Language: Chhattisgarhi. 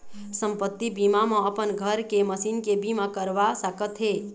संपत्ति बीमा म अपन घर के, मसीन के बीमा करवा सकत हे